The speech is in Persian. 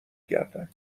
گردد